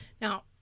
Now